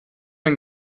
den